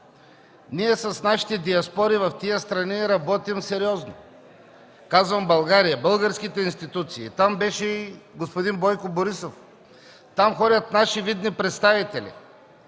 ние с нашите диаспори в тези страни работим сериозно – казвам България, българските институции. Там беше и господин Бойко Борисов. Там ходят видни наши представители.